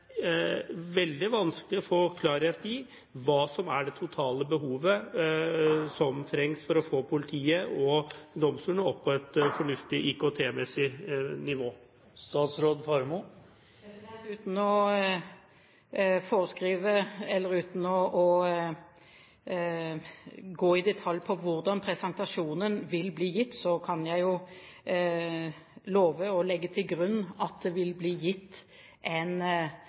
veldig vanskelig å få klarhet i hva som er det totale behovet som trengs for å få politiet og domstolene opp på et fornuftig IKT-messig nivå. Uten å foreskrive eller uten å gå i detalj om hvordan presentasjonen vil bli gitt, kan jeg jo love å legge til grunn at det vil bli gitt en